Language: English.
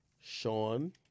Sean